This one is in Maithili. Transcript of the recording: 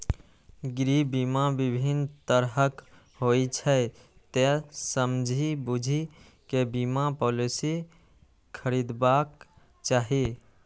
गृह बीमा विभिन्न तरहक होइ छै, तें समझि बूझि कें बीमा पॉलिसी खरीदबाक चाही